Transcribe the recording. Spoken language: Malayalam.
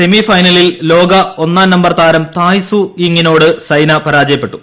സെമി ഫൈനലിൽ ലോക ഒന്നാംനമ്പർ താരം തായ് സു യിങ്ങിനോട് പരാജയപ്പെട്ടു